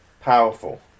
powerful